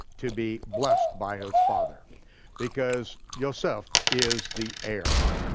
to be blessed by his father because yoseph is the heir,